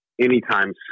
anytime